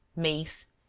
mace,